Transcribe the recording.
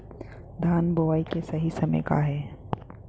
धान बोआई के सही समय का हे?